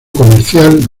comercial